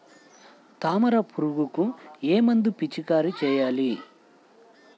తామర పురుగుకు ఏ మందు పిచికారీ చేయాలి?